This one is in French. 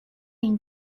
une